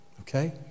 Okay